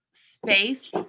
space